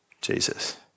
Jesus